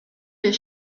les